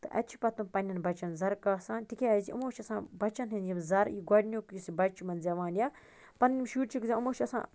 تہٕ اَتہِ چھِ پَتہٕ تِم پنٛنٮ۪ن بَچن زَرٕ کاسان تِکیٛازِ یِمو چھِ آسان بَچن ہِنٛدۍ یِم زَرٕ یہِ گۄڈٕنیُک یُس یہِ بچہٕ چھُ یِمن زٮ۪وان یا پَننٕۍ یِم شُرۍ چھِکھ زٮ۪وان یِمو چھُ آسان